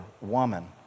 Woman